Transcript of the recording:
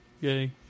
Yay